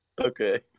Okay